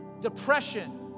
depression